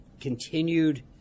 continued